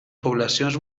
poblacions